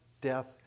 death